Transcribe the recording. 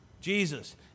Jesus